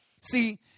See